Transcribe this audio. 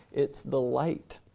it's the light.